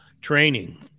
training